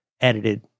edited